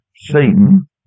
Satan